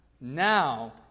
now